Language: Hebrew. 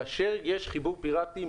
כאשר יש חיבור פיראטי,